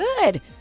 Good